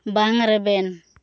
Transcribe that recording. ᱵᱟᱝ ᱨᱮᱵᱮᱱ